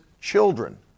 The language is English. children